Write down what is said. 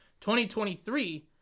2023